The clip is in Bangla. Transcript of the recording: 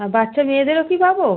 আর বাচ্চা মেয়েদেরও কি পাবো